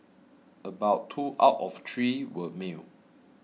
about two out of three were male